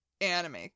anime